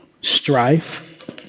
strife